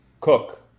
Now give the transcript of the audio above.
Cook